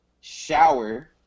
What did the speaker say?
shower